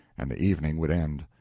and the evening would end.